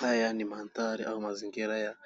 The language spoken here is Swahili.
Haya ni mandhari au mazingira ya